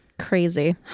Crazy